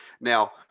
Now